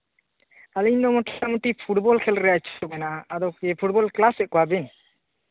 ᱟᱹᱞᱤᱧ ᱫᱚ ᱢᱳᱴᱟᱢᱩᱴᱤ ᱯᱷᱩᱴᱵᱚᱞ ᱠᱷᱮᱞ ᱨᱮᱭᱟᱜ ᱤᱪᱪᱷᱟᱹ ᱢᱮᱱᱟᱜᱼᱟ ᱟᱫᱚ ᱠᱤ ᱯᱷᱩᱴᱵᱚᱞ ᱠᱞᱟᱥᱮᱫ ᱠᱚᱣᱟᱵᱤᱱ